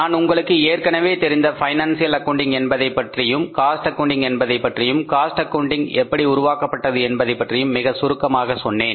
நான் உங்களுக்கு ஏற்கனவே தெரிந்த பைனான்சியல் அக்கவுண்டிங் என்பதைப் பற்றியும் காஸ்ட் ஆக்கவுண்டிங் என்பதைப் பற்றியும் காஸ்ட் ஆக்கவுண்டிங் எப்படி உருவாக்கப்பட்டது என்பதைப் பற்றியும் மிகச் சுருக்கமாக சொன்னேன்